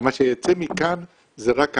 ומה שייצא מכאן זה רק העלות.